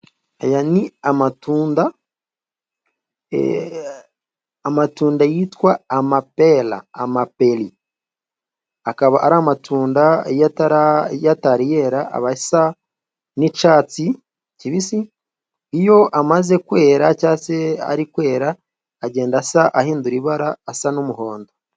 Aya ni amatunda. Amatunda yitwa amapera, amaperi. Akaba ari amatunda iyo atari yera abasa n'icyatsi kibisi. Iyo amaze kwera cyangwa se ari kwera, agenda ahindura ibara asa n'umuhondo.